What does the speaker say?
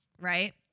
right